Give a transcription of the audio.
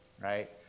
right